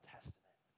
Testament